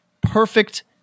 perfect